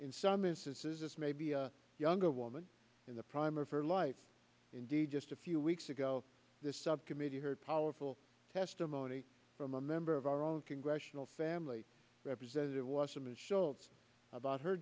in some instances this may be a younger woman in the prime of her life indeed just a few weeks ago this subcommittee heard powerful testimony from a member of our own congressional family representative wasserman schultz about her